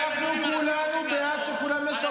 אתה היחיד, לעשות.